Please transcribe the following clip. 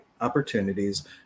opportunities